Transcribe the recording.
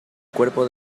cuerpo